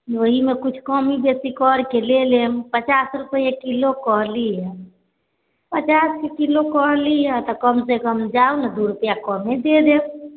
ओहिमे कुछ कमी बेसी कर के ले लेम पचास रूपआ किलो कहली हऽ पचास के किलो कहली हऽ तऽ कम से कम जाउ ने दू रुपआ कमे दे देब